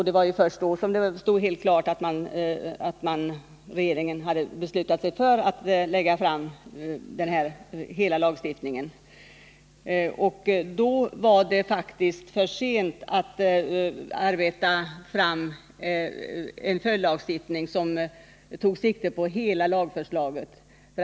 Det var också först då som det stod helt klart att regeringen beslutat sig för att lägga fram förslag om hela lagen. Då var det faktiskt för sent att arbeta fram en följdlagstiftning som tog sikte på hela lagförslaget.